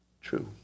True